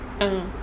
mm